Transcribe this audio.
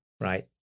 right